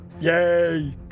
Yay